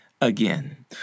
again